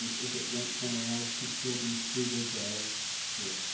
if it went somewhere else could still be treated as you